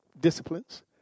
disciplines